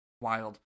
Wild